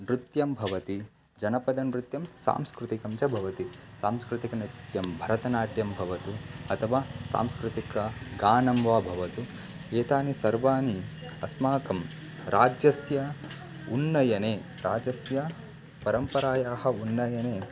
नृत्यं भवति जनपदनृत्यं सांस्कृतिकं च भवति सांस्कृतिकनृत्यं भरतनाट्यं भवतु अथवा सांस्कृतिकगानं वा भवतु एतानि सर्वाणि अस्माकं राज्यस्य उन्नयने राज्यस्य परम्परायाः उन्नयने